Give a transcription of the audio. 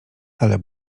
ale